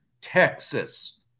Texas